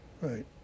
Right